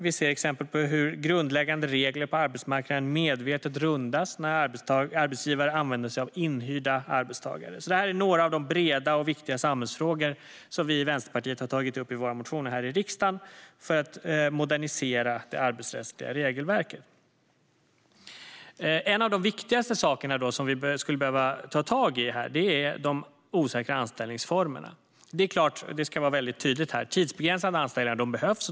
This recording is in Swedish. Vi ser exempel på hur grundläggande regler på arbetsmarknaden medvetet rundas när arbetsgivare använder sig av inhyrda arbetstagare. Det är några av de breda och viktiga samhällsfrågor som vi i Vänsterpartiet har tagit upp i våra motioner här i riksdagen för att modernisera det arbetsrättsliga regelverket. En av de viktigaste sakerna vi skulle behöva ta tag i är de osäkra anställningsformerna. Jag vill vara tydlig med att de tidsbegränsade anställningarna behövs.